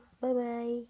Bye-bye